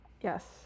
Yes